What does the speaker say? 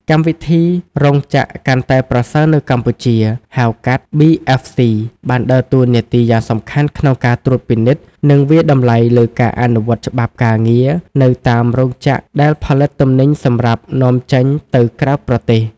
កម្មវិធី "រោងចក្រកាន់តែប្រសើរនៅកម្ពុជា" ហៅកាត់ BFC បានដើរតួនាទីយ៉ាងសំខាន់ក្នុងការត្រួតពិនិត្យ និងវាយតម្លៃលើការអនុវត្តច្បាប់ការងារនៅតាមរោងចក្រដែលផលិតទំនិញសម្រាប់នាំចេញទៅក្រៅប្រទេស។